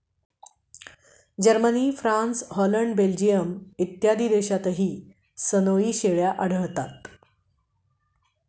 Germany, France, Holland, Belgium इत्यादी देशांतही सनोई शेळ्या आढळतात